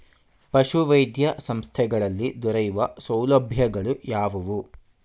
ಪಶುವೈದ್ಯ ಸಂಸ್ಥೆಗಳಲ್ಲಿ ದೊರೆಯುವ ಸೌಲಭ್ಯಗಳು ಯಾವುವು?